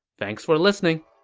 thanks for listening!